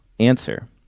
answer